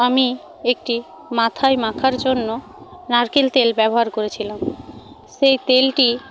আমি একটি মাথায় মাখার জন্য নারকেল তেল ব্যবহার করেছিলাম সেই তেলটি